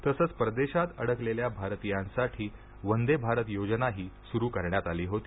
तसंच परदेशात अडकलेल्या भारतीयांसाठी वंदे भारत योजनाही सुरू करण्यात आली होती